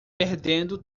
perdendo